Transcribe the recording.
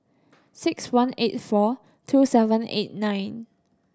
six one eight four two seven eight nine